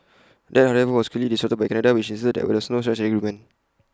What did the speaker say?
that however was quickly disputed by Canada which insisted that there was no such agreement